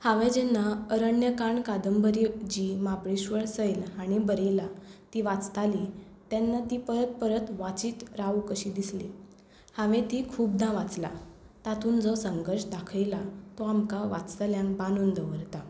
हांवें जेन्ना अरण्यकांड कादंबरी जी महाबळेश्वर सैल हांणी बरयल्या ती वाचताली तेन्ना ती परत परत वाचीत रावूंक कशी दिसली हांवें ती खुबदां वाचल्या तातूंत जो संघर्श दाखयला तो आमकां वाचतल्यांक बांदून दवरता